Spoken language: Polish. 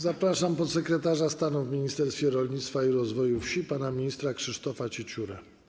Zapraszam podsekretarza stanu w Ministerstwie Rolnictwa i Rozwoju Wsi pana ministra Krzysztofa Cieciórę.